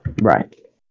Right